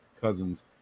Cousins